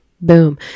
Boom